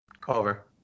Cover